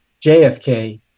JFK